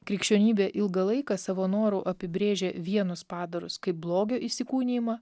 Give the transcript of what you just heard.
krikščionybė ilgą laiką savo noru apibrėžė vienus padarus kaip blogio įsikūnijimą